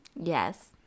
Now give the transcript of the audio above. Yes